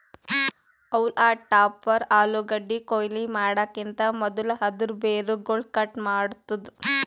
haulm topper ಆಲೂಗಡ್ಡಿ ಕೊಯ್ಲಿ ಮಾಡಕಿಂತ್ ಮದುಲ್ ಅದೂರ್ ಬೇರುಗೊಳ್ ಕಟ್ ಮಾಡ್ತುದ್